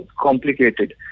complicated